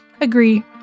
agree